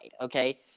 okay